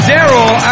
Daryl